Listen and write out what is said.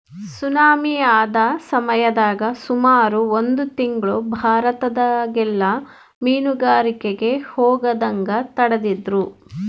tsunami ಆದ ಸಮಯದಾಗ ಸುಮಾರು ಒಂದು ತಿಂಗ್ಳು ಭಾರತದಗೆಲ್ಲ ಮೀನುಗಾರಿಕೆಗೆ ಹೋಗದಂಗ ತಡೆದಿದ್ರು